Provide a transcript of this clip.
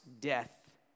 death